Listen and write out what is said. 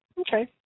Okay